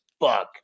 fuck